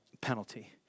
penalty